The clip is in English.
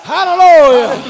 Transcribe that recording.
Hallelujah